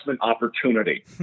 opportunity